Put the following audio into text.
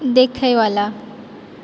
देखैवला